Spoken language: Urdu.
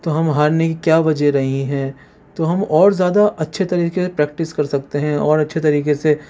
تو ہم ہارنے کی کیا وجہ رہی ہیں تو ہم اور زیادہ اچھے طریقے پریکٹس کر سکتے ہیں اور اچھے طریقے سے